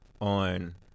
on